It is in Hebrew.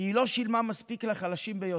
כי היא לא שילמה מספיק לחלשים ביותר,